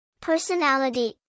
Personality